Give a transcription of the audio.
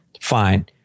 Fine